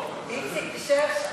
איציק, תישאר שם.